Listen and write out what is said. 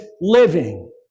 living